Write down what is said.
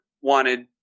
wanted